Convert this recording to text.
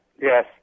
yes